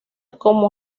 como